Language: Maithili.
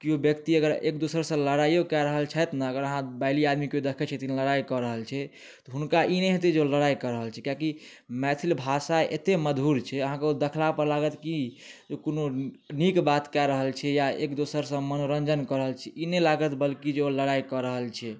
केओ व्यक्ति अगर एक दोसरसँ लड़ाइयो कए रहल छथि ने अगर अहाँ बाइली आदमी देखैत छथिन लड़ाइ कऽ रहल छी हुनका ई नहि होयतै जे लड़ाइ कऽ रहल छी किएकि मैथिल भाषा एतेक मधुर छै अहाँकऽ ओ देखलापर लागत की कोनो नीक बात कए रहल छी या एक दोसरसँ मनोरञ्जन कऽ रहल छी ई नहि लागत बल्कि जे ओ लड़ाइ कऽ रहल छियै